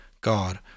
God